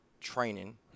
training